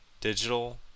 digital